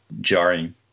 jarring